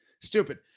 stupid